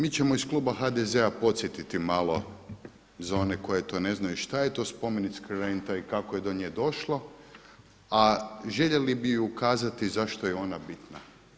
Mi ćemo iz kluba HDZ-a podsjetiti malo za one koji to ne znaju šta je to spomenička renta i kako je do nje došlo, a željeli bi ukazati zašto je ona bitna.